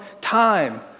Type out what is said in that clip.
time